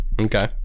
Okay